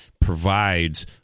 provides